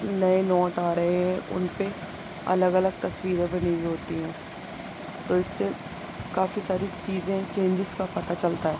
نئے نوٹ آ رہے ہیں ان پہ الگ الگ تصویریں بنی ہوئی ہوتی ہیں تو اس سے کافی ساری چیزیں چینجز کا پتہ چلتا ہے